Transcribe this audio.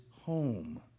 home